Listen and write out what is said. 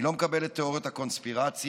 אני לא מקבל את תיאוריית הקונספירציה,